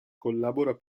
collabora